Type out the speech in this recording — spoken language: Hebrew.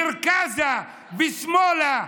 מרכזה ושמאלה,